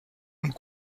und